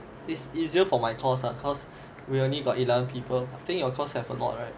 it's easier for my course lah cause we only got eleven people think of course have a lot right